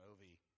movie